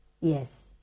Yes